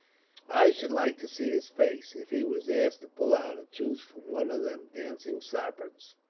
i should like to see his face, if he was asked to pull out a tooth from one of them dancing sarpents.